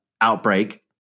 outbreak